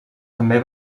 també